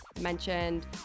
mentioned